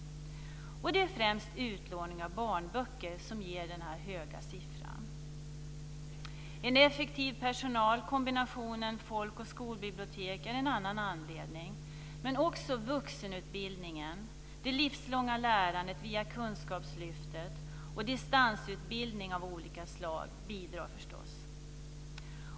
Det är främst utlåning av barnböcker som ger den här höga siffran. En effektiv personal och kombinationen folk och skolbibliotek är en annan anledning. Men också vuxenutbildningen, det livslånga lärandet via Kunskapslyftet och distansutbildning av olika slag bidrar förstås.